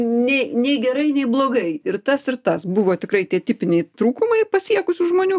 nė nei gerai nei blogai ir tas ir tas buvo tikrai tie tipiniai trūkumai pasiekusių žmonių